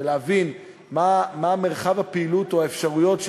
חייב להעיר על כמה דברים שהפריעו לי בדיון